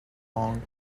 long